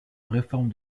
réforme